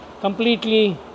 Completely